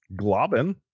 Globin